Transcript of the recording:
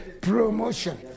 promotion